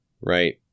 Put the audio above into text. right